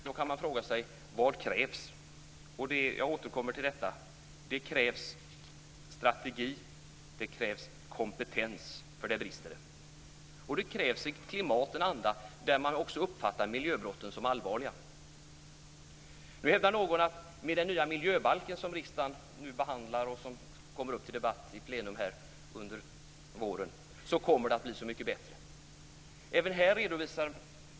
Då kan man fråga sig: Vad krävs? Jag återkommer till att det som krävs är strategi och kompetens. Där brister det nämligen. Det krävs också ett klimat, en anda av att miljöbrotten uppfattas som allvarliga. Nu hävdar någon att det med den nya miljöbalk som riksdagen behandlar och som kommer upp till debatt i plenum under våren kommer att bli mycket bättre.